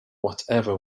whatever